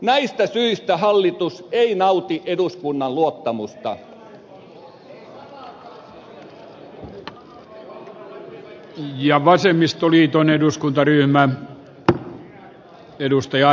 näistä syistä eduskunta toteaa että hallitus ei nauti eduskunnan luottamusta ja siirtyy päiväjärjestykseen